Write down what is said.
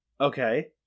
Okay